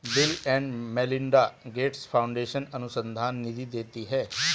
bill and Melinda Gates foundation अनुसंधान निधि देती है